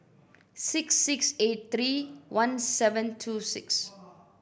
six six eight three one seven two six